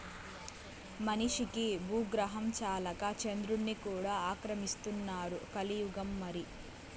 మనిషికి బూగ్రహం చాలక చంద్రుడ్ని కూడా ఆక్రమిస్తున్నారు కలియుగం మరి